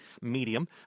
Medium